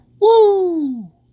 Woo